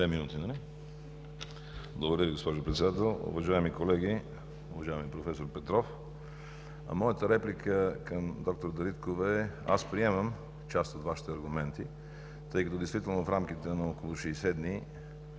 Ви, госпожо Председател. Уважаеми колеги, уважаеми проф. Петров! Моята реплика към д-р Дариткова е – аз приемам част от Вашите аргументи, тъй като действително в рамките на около 60 дни